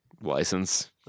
License